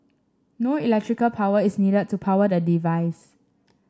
no electrical power is need to power the device